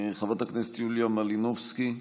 חברת הכנסת יוליה מלינובסקי.